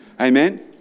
Amen